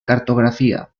cartografia